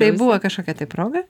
tai buvo kažkokia tai proga